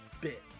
bit